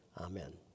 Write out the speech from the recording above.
Amen